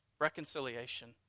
reconciliation